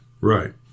Right